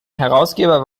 herausgeber